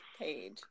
page